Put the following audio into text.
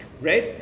right